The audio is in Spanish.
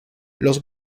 los